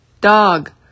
dog